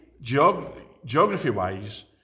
geography-wise